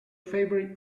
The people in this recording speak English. favourite